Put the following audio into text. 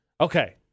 Okay